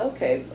Okay